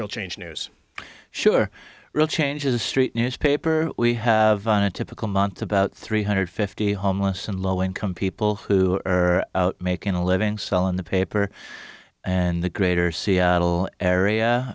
real change news sure real changes street newspaper we have a typical month about three hundred fifty homeless and low income people who are making a living selling the paper and the greater seattle area